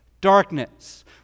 darkness